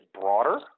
broader